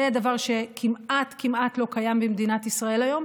זה דבר שכמעט לא קיים במדינת ישראל היום,